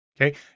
Okay